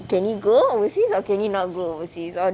can you go overseas or can you not go overseas